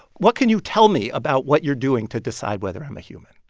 what can you tell me about what you're doing to decide whether i'm a human?